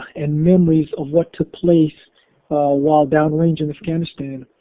and memories of what took place while down range in afghanistan.